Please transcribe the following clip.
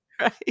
Right